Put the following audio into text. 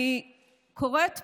אני קוראת פה,